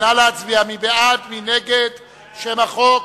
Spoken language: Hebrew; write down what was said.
נא להצביע, מי בעד, מי נגד שם החוק,